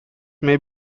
may